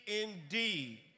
indeed